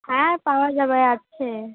হ্যাঁ পাওয়া যাবে আছে